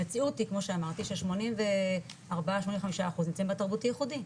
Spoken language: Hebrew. המציאות היא כמו שאמרתי ש-85% זה תרבות ייחודית.